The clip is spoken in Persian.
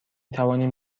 توانیم